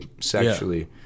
sexually